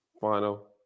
Final